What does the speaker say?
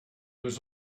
was